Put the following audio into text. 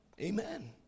Amen